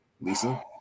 Lisa